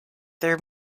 her